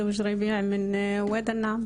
נמצאת אתכם חמדה אבו ג'ריביע מוואדי אל-נעאם.